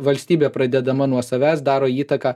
valstybė pradedama nuo savęs daro įtaką